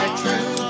true